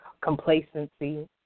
complacency